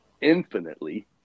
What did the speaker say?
infinitely